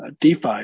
DeFi